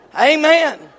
Amen